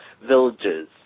villages